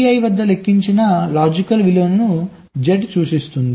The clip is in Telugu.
Cl వద్ద లెక్కించిన లాజిక్ విలువను Z సూచిస్తుంది